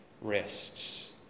rests